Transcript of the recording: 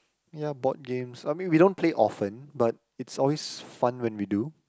ya board games I mean we don't play often but it's always fun when we do